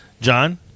John